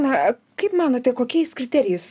na kaip manote kokiais kriterijais